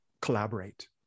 collaborate